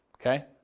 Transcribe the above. Okay